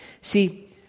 See